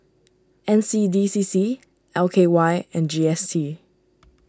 N C D C C L K Y and G S T